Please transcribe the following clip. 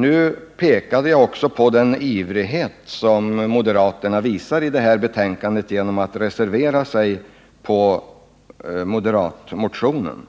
Nu pekade jag i mitt anförande också på den ivrighet som moderaterna visar genom att reservera sig för sin motion.